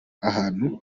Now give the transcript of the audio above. ahantu